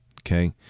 okay